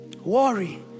worry